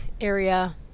area